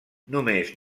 només